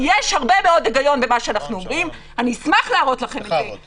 אני אבהיר את זה עוד